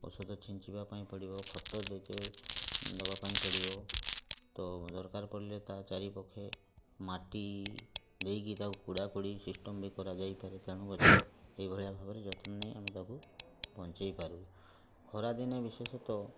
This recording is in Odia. ଔଷଧ ଛିଞ୍ଚିବା ପାଇଁ ପଡ଼ିବ ଖତ ଦେଇ ତେ ଦେବା ପାଇଁ ପଡ଼ିବ ତ ଦରକାର ପଡ଼ିଲେ ତା ଚାରି ପଖେ ମାଟି ଦେଇକି ତାକୁ କୋଡ଼ା କୋଡ଼ି ସିଷ୍ଟମ୍ ବି କରାଯାଏ ପାରେ ତେଣୁ ଗଛର ଏଇ ଭଳିଆ ଭାବରେ ଯତ୍ନ ନେଇ ଆମେ ତାକୁ ବଞ୍ଚେଇ ପାରୁ ଖରା ଦିନେ ବିଶେଷତ